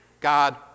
God